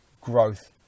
growth